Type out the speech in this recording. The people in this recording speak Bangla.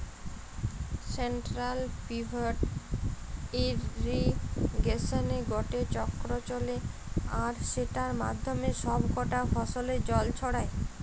সেন্ট্রাল পিভট ইর্রিগেশনে গটে চক্র চলে আর সেটার মাধ্যমে সব কটা ফসলে জল ছড়ায়